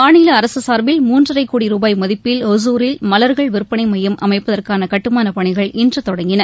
மாநில அரசு சார்பில் மூன்றரை கோடி ரூபாய் மதிப்பில் ஒசூரில் மலர்கள் விற்பனை மையம் அமைப்பதற்கான கட்டுமான பணிகள் இன்று தொடங்கின